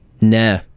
Nah